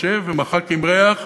ומחשב ומחק עם ריח,